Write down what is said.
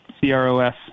C-R-O-S